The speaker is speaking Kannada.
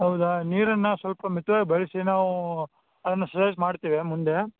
ಹೌದಾ ನೀರನ್ನು ಸ್ವಲ್ಪ ಮಿತವಾಗಿ ಬಳಸಿ ನಾವು ಅದನ್ನು ಸಜೆಸ್ಟ್ ಮಾಡ್ತೀವಿ ಮುಂದೆ